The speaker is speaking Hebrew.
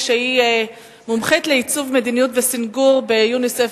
שהיא מומחית לעיצוב מדיניות וסינגור ביוניסף,